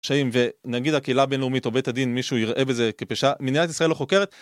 פשעים, ונגיד הקהילה הבינלאומית או בית הדין, מישהו יראה בזה כפשע, מדינת ישראל לא חוקרת